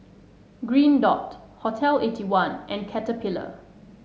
Green Dot Hotel Eighty one and Caterpillar